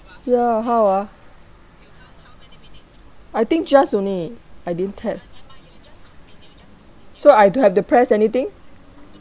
ya how ah I think just only I didn't tap so I don't have to press anything